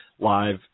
live